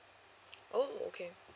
oh okay